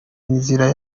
inzira